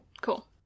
cool